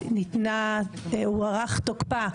הביטחון, ומרכז קנסות זה משרד המשפטים.